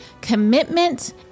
commitment